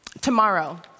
tomorrow